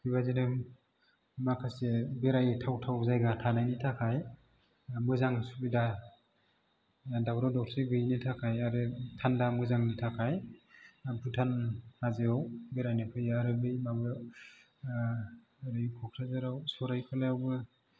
बेबादिनो माखासे बेरायथाव थाव जायगा थानायनि थाखाय मोजां सुबिदा दावराव दावसि गोयैनि थाखाय आरो थान्दा मोजांनि थाखाय भुटान हाजोआव बेरायनो फैयो आरो बे माबायाव ओरै क'क्राझाराव स'रायक'लायावबो